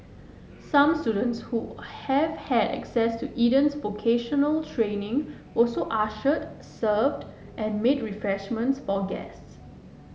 some students who have had access to Eden's vocational training also ushered served and made refreshments for guests